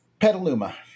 Petaluma